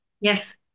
Yes